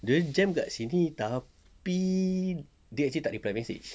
dia jam dekat sini tapi dia actually tak reply message